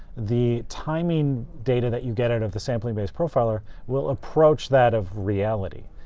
the timing data that you get out of the sampling-based profiler will approach that of reality.